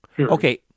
Okay